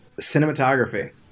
Cinematography